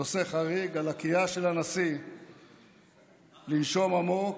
נושא חריג: על הקריאה של הנשיא לנשום עמוק,